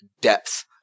depth